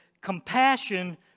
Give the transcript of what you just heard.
compassion